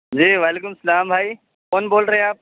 جی وعلیکم السلام بھائی کون بول رہے آپ